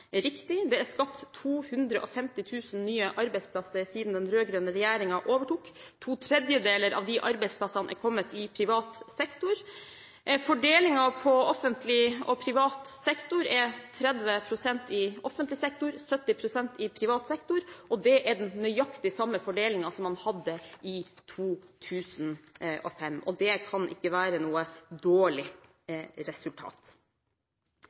riktig. Det er skapt 250 000 nye arbeidsplasser siden den rød-grønne regjeringen overtok. To tredjedeler av disse arbeidsplassene er kommet i privat sektor. Fordelingen på offentlig og privat sektor er 30 pst. i offentlig sektor og 70 pst. i privat sektor, og det er nøyaktig den samme fordelingen som man hadde i 2005. Det kan ikke være noe dårlig resultat.